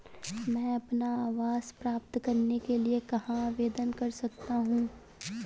मैं अपना आवास प्राप्त करने के लिए कहाँ आवेदन कर सकता हूँ?